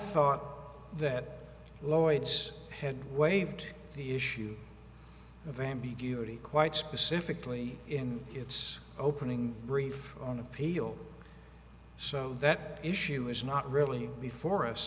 thought that lloyds had waived the issue of ambiguity quite specifically in its opening brief on appeal so that issue is not really before us